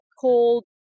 called